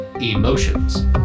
emotions